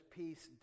peace